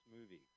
movie